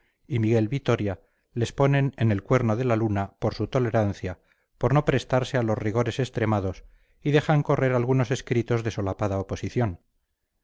y miguel vitoria les ponen en el cuerno de la luna por su tolerancia por no prestarse a los rigores extremados y dejar correr algunos escritos de solapada oposición